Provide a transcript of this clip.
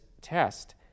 Test